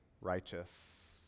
righteous